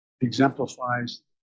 Exemplifies